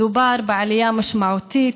מדובר בעלייה משמעותית,